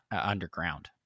underground